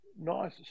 Nice